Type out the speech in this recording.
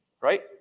Right